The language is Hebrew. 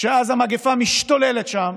כשהמגפה משתוללת שם,